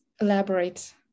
elaborate